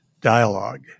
dialogue